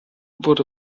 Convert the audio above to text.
wurde